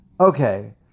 Okay